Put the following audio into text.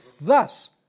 Thus